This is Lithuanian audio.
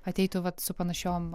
ateitų vat su panašiom